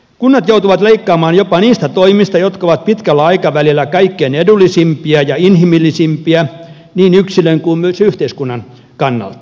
kunnat joutuvat leikkaamaan jopa niistä toimista jotka ovat pitkällä aikavälillä kaikkein edullisimpia ja inhimillisimpiä niin yksilön kuin myös yhteiskunnan kannalta